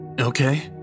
Okay